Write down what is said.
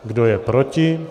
Kdo je proti?